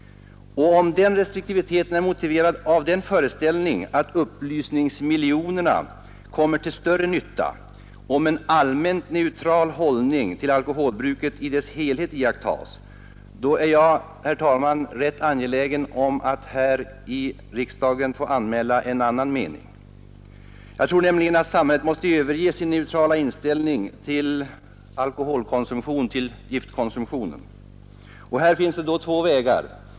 Om denna restriktivitet är motiverad av den föreställningen att upplysningsmiljonerna kommer till större nytta, därest en allmänt neutral hållning till alkoholbruket i dess helhet iakttas, är jag, herr talman, rätt angelägen om att här i riksdagen få anmäla en annan mening. Jag tror nämligen att samhället måste överge sin neutrala inställning till alkoholkonsumtion, till giftkonsumtion. Här finns två vägar.